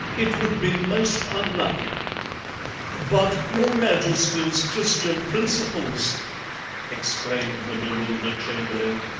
it would be most unlucky but your majesty's christian principles exclaimed the bewildered chamberlain.